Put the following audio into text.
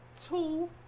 two